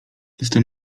jestem